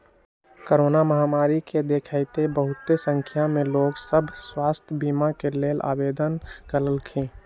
corona महामारी के देखइते बहुते संख्या में लोग सभ स्वास्थ्य बीमा के लेल आवेदन कलखिन्ह